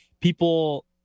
people